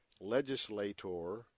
legislator